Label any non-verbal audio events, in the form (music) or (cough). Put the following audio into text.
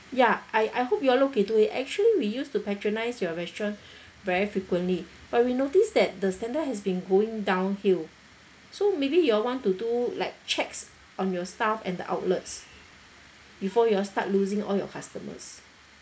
ya I I hope you all look into it actually we used to patronise your restaurant (breath) very frequently but we noticed that the standard has been going downhill so maybe you all want to do like checks on your staff and the outlets before you all start losing all your customers